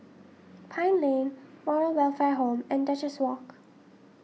Pine Lane Moral Welfare Home and Duchess Walk